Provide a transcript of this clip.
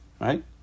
right